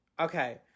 Okay